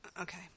Okay